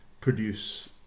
produce